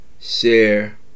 share